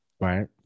right